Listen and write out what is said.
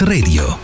Radio